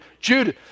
Judas